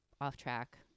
off-track